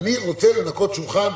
אני רוצה לנקות שולחן.